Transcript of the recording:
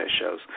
shows